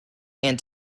and